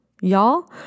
Y'all